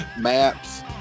maps